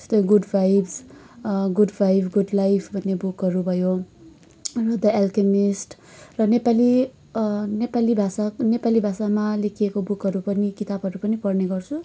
जस्तै good vibes good vibe good life भन्ने बुकहरू भयो अनि द एलकेमिस्ट र नेपाली नेपाली भाषा नेपाली भाषामा लेखिएको बुकहरू पनि किताबहरू पनि पढ्ने गर्छु